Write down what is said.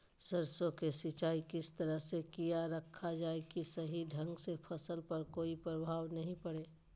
सरसों के सिंचाई किस तरह से किया रखा जाए कि सही ढंग से फसल पर कोई प्रभाव नहीं पड़े?